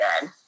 good